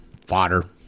fodder